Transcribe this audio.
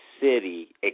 City